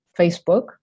Facebook